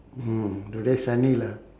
mm today sunny lah